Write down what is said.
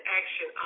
action